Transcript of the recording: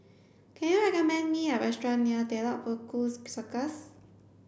can you recommend me a restaurant near Telok Paku Circus